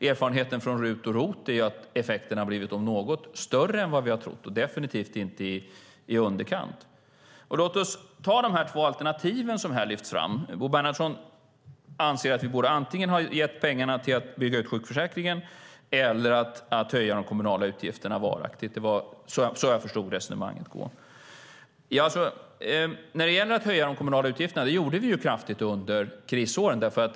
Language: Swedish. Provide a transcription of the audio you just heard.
Erfarenheten från RUT och ROT är att effekten om något har blivit större än vad vi trott och definitivt inte i underkant. Låt oss betrakta de två alternativ som lyfts fram! Bo Bernhardsson anser att vi borde ha satsat pengarna på att antingen bygga ut sjukförsäkringen eller höja de kommunala utgifterna varaktigt. Det var så jag förstod resonemanget. De kommunala avgifterna höjde vi kraftigt under krisåren.